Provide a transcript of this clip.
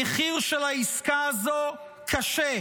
המחיר של העסקה הזו קשה,